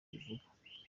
rivuga